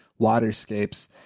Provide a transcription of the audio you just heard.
waterscapes